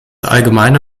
allgemeine